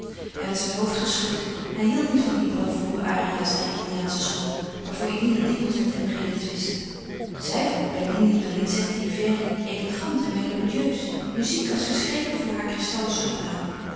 hij had zijn hoofd geschud hij hield niet van die bravour arias der italiaansche school waarvoor eline dikwijls met hem redetwistte zij vond bellini donizetti verdi elegant en melodieus muziek als geschreven voor haar kristallen sopraan